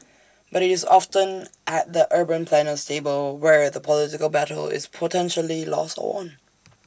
but IT is often at the urban planner's table where the political battle is potentially lost or won